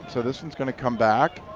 so this is going to come back.